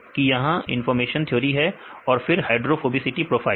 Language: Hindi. तो यहां इंफॉर्मेशन थ्योरी है और फिर हाइड्रोफोबिसिटी प्रोफाइल